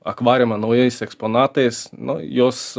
akvariumą naujais eksponatais nu jos